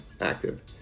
active